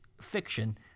fiction